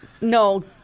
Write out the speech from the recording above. No